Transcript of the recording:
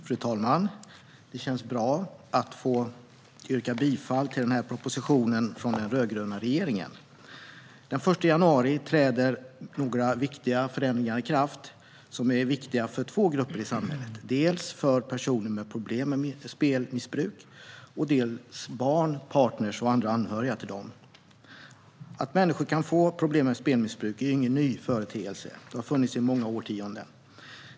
Fru talman! Det känns bra att få yrka bifall till den här propositionen från den rödgröna regeringen. Den 1 januari träder några förändringar i kraft som är viktiga för två grupper i samhället: dels personer med problem med spelmissbruk, dels barn, partner och andra anhöriga till dem. Att människor kan få problem med spelmissbruk är ingen ny företeelse. Den har funnits i många årtionden.